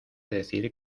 decir